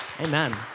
Amen